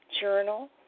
Journal